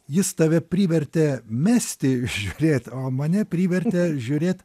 jis tave privertė mesti žiūrėt o mane privertė žiūrėt